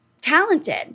talented